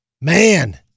Man